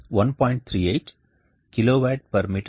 H0 24x1